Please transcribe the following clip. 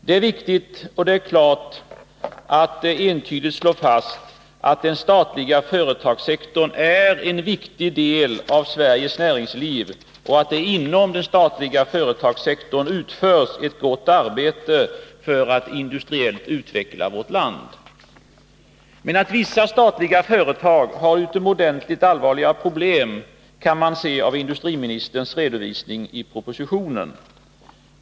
Det är viktigt att det klart och entydigt slås fast att den statliga företagssektorn är en viktig del av Sveriges näringsliv och att det inom den statliga företagssektorn utförs ett gott arbete för att industriellt utveckla vårt land. Men att vissa statliga företag har utomordentligt allvarliga problem kan man se av industriministerns redovisning i propositionen.